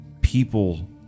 people